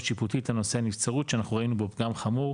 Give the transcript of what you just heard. שיפוטית על נושא הנבצרות שאנחנו ראינו בו גם חמור,